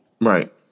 Right